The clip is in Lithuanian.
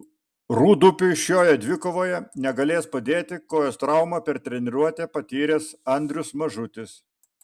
rūdupiui šioje dvikovoje negalės padėti kojos traumą per treniruotę patyręs andrius mažutis